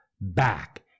back